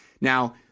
Now